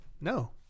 No